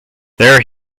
there